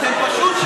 אתם פשוט שקרנים.